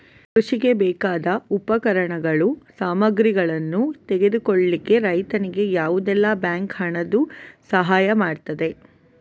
ಕೃಷಿಗೆ ಬೇಕಾದ ಉಪಕರಣಗಳು, ಸಾಮಗ್ರಿಗಳನ್ನು ತೆಗೆದುಕೊಳ್ಳಿಕ್ಕೆ ರೈತನಿಗೆ ಯಾವುದೆಲ್ಲ ಬ್ಯಾಂಕ್ ಹಣದ್ದು ಸಹಾಯ ಮಾಡ್ತದೆ?